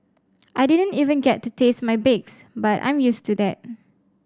I didn't even get to taste my bakes but I'm used to that